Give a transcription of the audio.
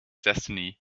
destiny